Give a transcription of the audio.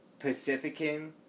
Pacifican